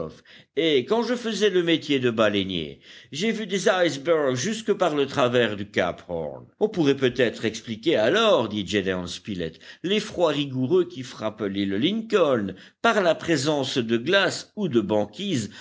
et quand je faisais le métier de baleinier j'ai vu des icebergs jusque par le travers du cap horn on pourrait peut-être expliquer alors dit gédéon spilett les froids rigoureux qui frappent l'île lincoln par la présence de glaces ou de banquises